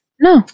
No